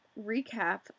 recap